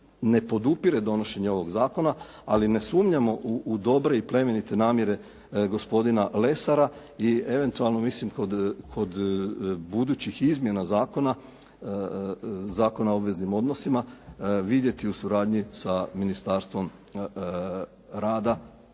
ne podupire donošenje ovog zakona, ali ne sumnjamo u dobre i plemenite namjere gospodina Lesara i eventualno mislim kod budućih izmjena zakona, Zakona o obveznim odnosima vidjeti u suradnji s Ministarstvom rada